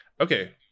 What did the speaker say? okay